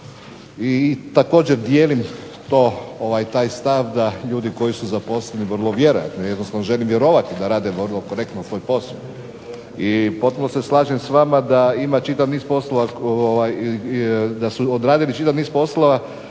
i također dijelim taj stav da ljudi koji su zaposleni vrlo vjerojatno, jednostavno želim vjerovati da rade vrlo korektno svoj posao i potpuno se slažem s vama da su odradili čitav niz poslova